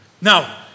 Now